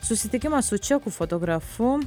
susitikimas su čekų fotografu